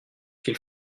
qu’il